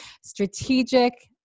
strategic